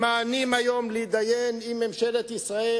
ממאנים היום להתדיין עם ממשלת ישראל,